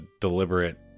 deliberate